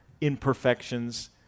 imperfections